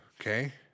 okay